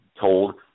told